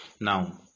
Now